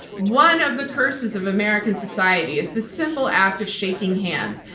one of the curses of american society is the simple act of shaking hands.